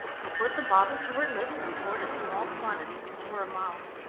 he put the bottle to her lips and poured a small quantity into her mouth.